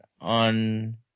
on